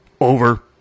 Over